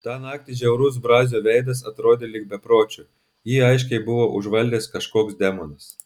tą naktį žiaurus brazio veidas atrodė lyg bepročio jį aiškiai buvo užvaldęs kažkoks demonas